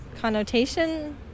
connotation